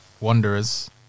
Wanderers